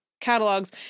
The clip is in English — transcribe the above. catalogs